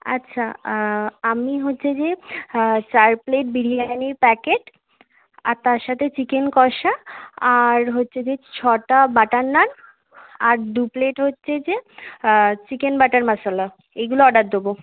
আচ্ছা আমি হচ্ছে যে চার প্লেট বিরিয়ানির প্যাকেট আর তার সাথে চিকেন কষা আর হচ্ছে যে ছটা বাটার নান আর দু প্লেট হচ্ছে যে চিকেন বাটার মশলা এইগুলো অর্ডার দেবো